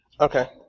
Okay